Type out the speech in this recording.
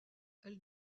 elle